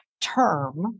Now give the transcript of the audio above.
term